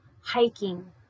hiking